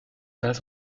pas